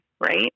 right